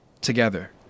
Together